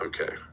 Okay